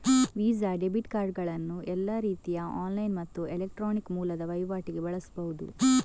visa debit ಕಾರ್ಡುಗಳನ್ನ ಎಲ್ಲಾ ರೀತಿಯ ಆನ್ಲೈನ್ ಮತ್ತು ಎಲೆಕ್ಟ್ರಾನಿಕ್ ಮೂಲದ ವೈವಾಟಿಗೆ ಬಳಸ್ಬಹುದು